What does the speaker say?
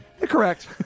correct